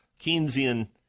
Keynesian